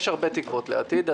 יש הרבה תקוות לעתיד.